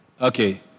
Okay